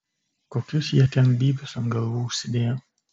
kokius jie ten bybius ant galvų užsidėję